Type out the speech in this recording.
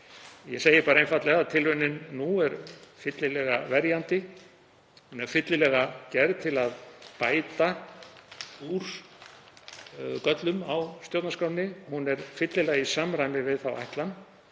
Ég segi einfaldlega: Tilraunin nú er fyllilega verjandi, fyllilega gerð til að bæta úr göllum á stjórnarskránni. Hún er fyllilega í samræmi við þá ætlan